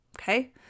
Okay